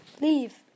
Leave